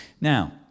Now